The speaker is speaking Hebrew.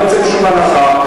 לא יוצא משום הנחה,